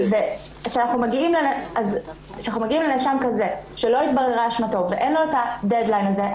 כשאנחנו מגיעים לנאשם כזה שלא התבררה אשמתו ואין לו את הדד-ליין הזה,